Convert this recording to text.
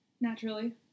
Naturally